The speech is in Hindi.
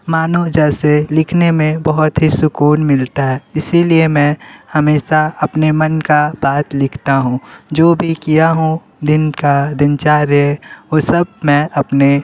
मानो जैसे लिखने में बहुत ही सुकून मिलता है इसी लिए मैं हमेशा अपने मन की बात लिखता हूँ जो भी किया हूँ दिन का दिनचर्या वो सब मैं अपने